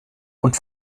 und